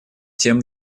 тем